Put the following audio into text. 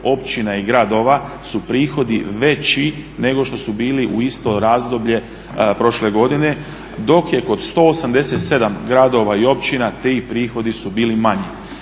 općina i gradova su prihodi veći nego što su bili u isto razdoblje prošle godine dok je kod 187 gradova i općina ti prihodi su bili manji.